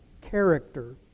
character